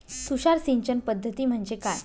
तुषार सिंचन पद्धती म्हणजे काय?